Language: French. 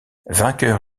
vainqueur